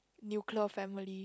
nuclear family